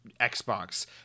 Xbox